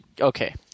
Okay